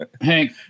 hank